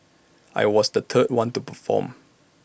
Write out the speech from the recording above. I was the third one to perform